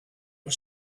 was